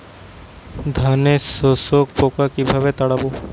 ধানে শোষক পোকা কিভাবে তাড়াব?